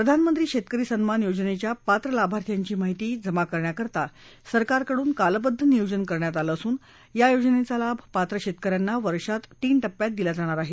प्रधानमंत्री शेतकरी सन्मान योजनेच्या पात्र लाभार्थ्यांची माहिती जमा करण्याकरता सरकारकडून कालबद्ध नियोजन करण्यात आलं असून या योजनेचा लाभ पात्र शेतकऱ्यांना वर्षात तीन टप्प्यात दिला जाणार आहे